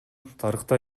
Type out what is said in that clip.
тарыхта